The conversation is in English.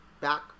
back